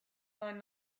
line